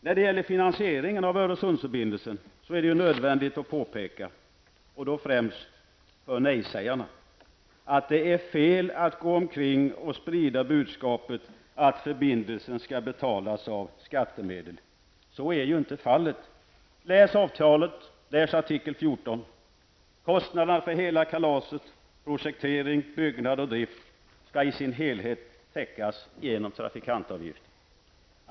När det gäller finansieringen av Öresundsförbindelsen är det nödvändigt att påpeka -- och då främst för nej-sägarna -- att det är felaktigt att gå omkring och sprida budskapet att förbindelsen skall betalas av skattemedel. Så är inte fallet. Läs avtalet, artikel 14! Kostnaderna för hela kalaset, projektering, byggande och drift, skall i sin helhet täckas genom trafikavgifter.